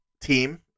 team